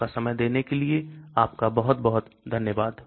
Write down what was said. आपका समय देने के लिए आपका बहुत बहुत धन्यवाद